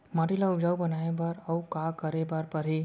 माटी ल उपजाऊ बनाए बर अऊ का करे बर परही?